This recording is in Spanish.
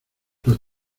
los